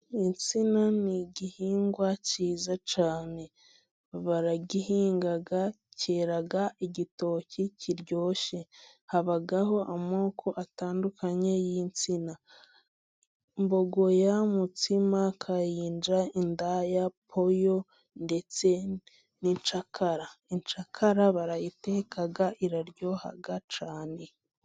Insina ni igihingwa cyiza cyane, baragihinga cyera igitoki kiryoshye, habaho amoko atandukanye y'insina mbogoya, mutsima, kayinja, indaya, poyo ndetse n'incakara, incakara barayitekaga iraryoha cyane.